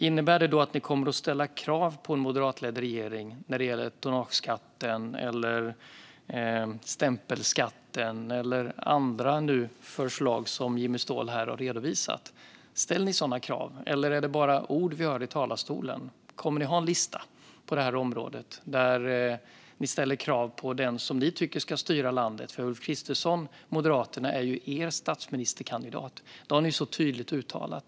Innebär det att ni kommer att ställa krav på en moderatledd regering när det gäller tonnageskatten, stämpelskatten eller andra förslag som Jimmy Ståhl har redovisat här? Ställer ni sådana krav, eller är det bara ord som vi hör i talarstolen? Kommer ni att ha en lista på detta område där ni ställer krav på den som ni tycker ska styra landet? Ulf Kristersson från Moderaterna är ju er statsministerkandidat; det har ni tydligt uttalat.